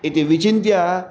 इति विचिन्त्य